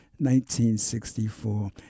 1964